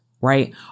right